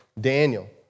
Daniel